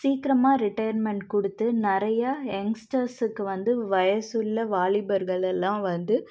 சீக்கிரமாக ரிட்டையர்மெண்ட் கொடுத்து நிறைய எங்ஸ்ட்டர்ஸ்க்கு வந்து வயசுள்ள வாலிபர்களெல்லாம் வந்து